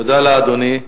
תודה לאדוני.